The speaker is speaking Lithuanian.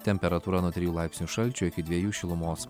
temperatūra nuo trijų laipsnių šalčio iki dviejų šilumos